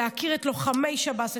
להכיר את לוחמי שב"ס,